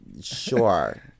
Sure